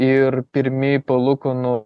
ir pirmieji palūkanų